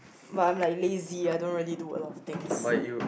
but I'm like lazy I don't really do a lot of things